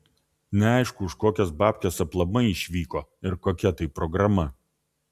neaišku už kokias babkes aplamai išvyko ir kokia tai programa